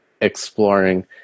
exploring